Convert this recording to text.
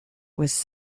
was